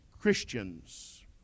Christians